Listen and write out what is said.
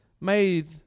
made